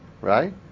Right